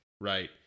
right